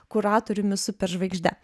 kuratoriumi superžvaigžde